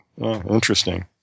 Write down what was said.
Interesting